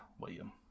William